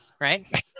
right